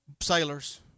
sailors